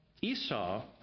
Esau